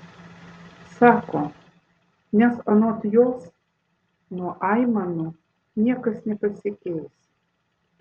sako nes anot jos nuo aimanų niekas nepasikeis